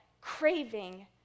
craving